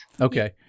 okay